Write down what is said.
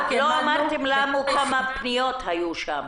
לא אמרתם לנו כמה פניות היו שם.